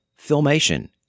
Filmation